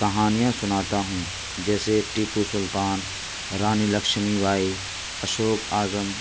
کہانیاں سناتا ہوں جیسے ٹیپو سلطان رانی لکشمی بائی اشوک اعظم